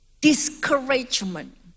discouragement